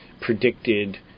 predicted